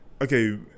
Okay